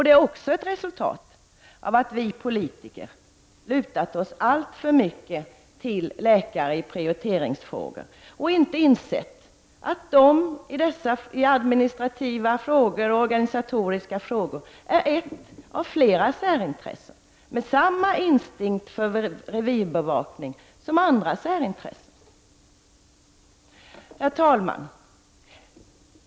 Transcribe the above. Det är också ett resultat av att vi politiker i prioriteringsfrågor litat alltför mycket till läkare och inte insett att de i administrativa och organisatoriska frågor utgör ett av flera särintressen med samma instinkt för revirbevakning som andra särintressen. Herr talman!